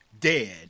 dead